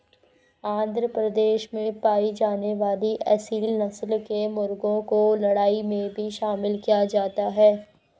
आंध्र प्रदेश में पाई जाने वाली एसील नस्ल के मुर्गों को लड़ाई में भी शामिल किया जाता है